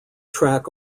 track